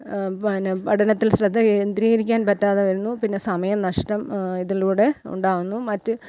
പിന്നെ പഠനത്തിൽ ശ്രദ്ധ കേന്ദ്രീകരിക്കാൻ പറ്റാതെ വരുന്നു പിന്നെ സമയം നഷ്ടം ഇതിലൂടെ ഉണ്ടാവുന്നു മറ്റ്